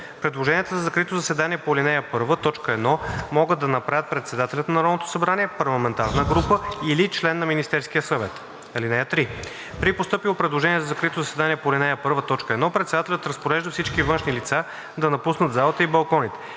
Предложение за закрито заседание по ал. 1, т. 1 могат да направят председателят на Народното събрание, парламентарна група или член на Министерския съвет. (3) При постъпило предложение за закрито заседание по ал. 1, т. 1 председателят разпорежда всички външни лица да напуснат залата и балконите,